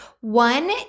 One